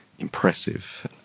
impressive